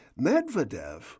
Medvedev